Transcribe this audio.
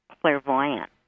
clairvoyant